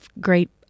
great